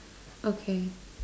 okay